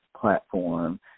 platform